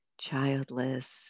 childless